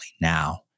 now